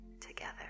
together